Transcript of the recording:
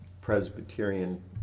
Presbyterian